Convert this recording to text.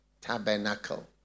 tabernacle